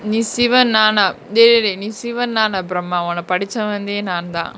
நீ:nee sivan நா நா:na na thedade நீ:nee sivan நா நா:na na brahma ஒன்ன படச்சவந்தே நாந்தா:onna padachavanthe naanthaa